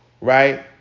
right